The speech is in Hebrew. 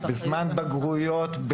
בזמן בגרויות,